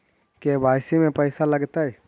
KYC में पैसा लगतै?